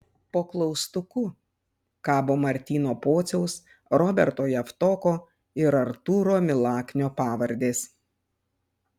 po klaustuku kabo martyno pociaus roberto javtoko ir artūro milaknio pavardės